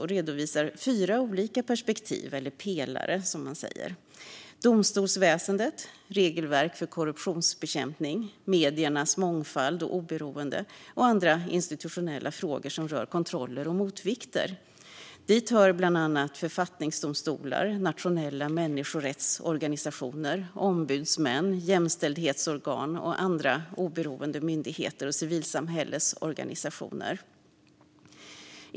Den redovisar fyra olika perspektiv, eller pelare, som man säger: domstolsväsendet, regelverk för korruptionsbekämpning, mediernas mångfald och oberoende samt andra institutionella frågor som rör kontroller och motvikter. Dit hör bland annat författningsdomstolar, nationella människorättsorganisationer, ombudsmän, jämställdhetsorgan och andra oberoende myndigheter och civilsamhällesorganisationer.